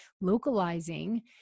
localizing